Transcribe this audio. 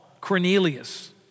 Cornelius